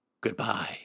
Goodbye